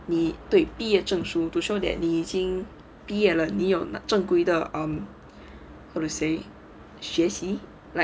你对毕业证书 to show that 你已经毕业了你有正规的 how to say 学习